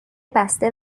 بسته